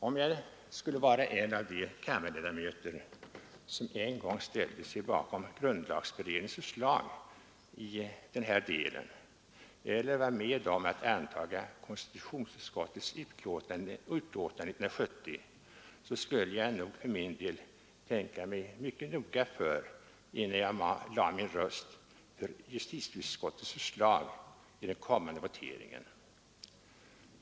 Om jag hade varit en av de kammarledamöter som en gång ställde sig bakom grundlagberedningens förslag i denna del eller hade varit med om att antaga konstitutionsutskottets utlåtande 1970, skulle jag mycket noga tänka mig för innan jag i dag lade min röst för justitieutskottets förslag i den kommande voteringen.